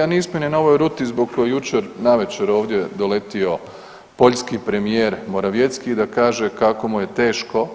Ali nismo ni na ovoj ruti zbog koje je jučer navečer ovdje doletio poljski premijer Moravjecki da kaže kako mu je teško